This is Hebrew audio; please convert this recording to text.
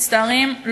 מצטערים,